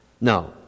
No